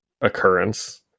occurrence